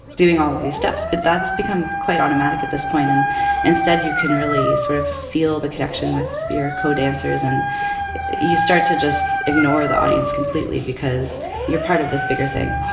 doing all of these steps, but that's become quite automatic at this point. and instead, you can really sort of feel the connection with your co-dancers, and you start to just ignore the audience completely because you're part of this bigger thing